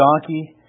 donkey